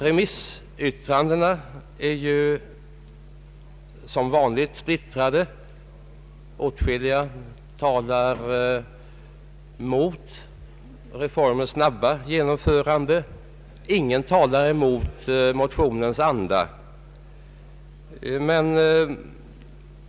Remissyttrandena är som vanligt splittrade. Åtskilliga talar mot reformens snabba genomförande. Ingen talar emot motionens anda.